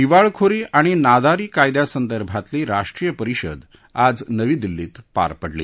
दिवाळखोरी आणि नादारी कायद्यासंदर्भातली राष्ट्रीय परिषद आज नवी दिल्लीत पार पडली